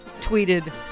Tweeted